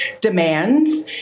demands